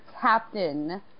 captain